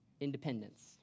independence